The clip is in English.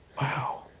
Wow